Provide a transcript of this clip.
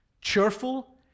cheerful